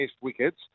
wickets